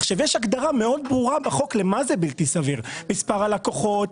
בחוק יש הגדרה מאוד ברורה מה זה בלתי סביר מספר הלקוחות,